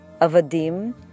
avadim